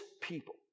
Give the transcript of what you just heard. people